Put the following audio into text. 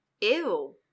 Ew